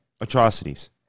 Atrocities